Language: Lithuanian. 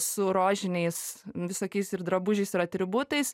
su rožiniais visokiais ir drabužiais ir atributais